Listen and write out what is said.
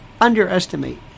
underestimate